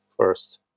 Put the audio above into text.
first